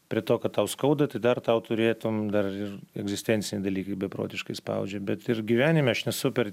prie to kad tau skauda tai dar tau turėtum dar ir egzistenciniai dalykai beprotiškai spaudžia bet ir gyvenime aš nesu per